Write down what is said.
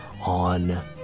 on